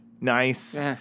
nice